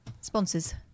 Sponsors